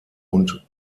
und